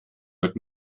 wird